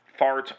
farts